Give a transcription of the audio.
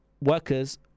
workers